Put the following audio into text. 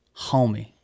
homie